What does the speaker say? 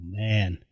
man